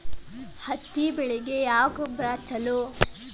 ಹತ್ತಿ ಬೆಳಿಗ ಯಾವ ಗೊಬ್ಬರ ಛಲೋ?